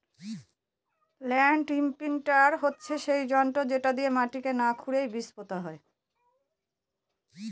land imprinter হচ্ছে সেই যন্ত্র যেটা দিয়ে মাটিকে না খুরেই বীজ পোতা হয়